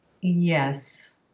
Yes